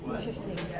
Interesting